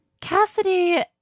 Cassidy